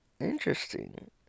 Interesting